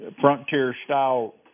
frontier-style